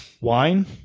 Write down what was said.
Wine